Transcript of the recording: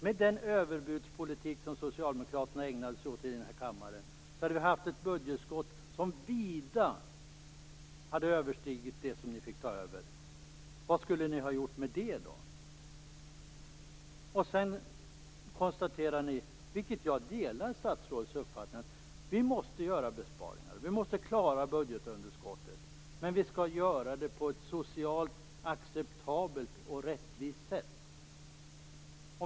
Med den överbudspolitik som socialdemokraterna ägnade sig åt i denna kammare hade vi haft ett budgetunderskott som vida hade överstigit det som ni fick ta över. Vad skulle ni ha gjort med det? Jag delar statsrådets uppfattning när hon konstaterar att vi måste göra besparingar, vi måste klara budgetunderskottet, men vi skall göra det på ett socialt acceptabelt och rättvist sätt.